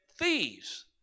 thieves